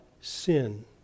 Sin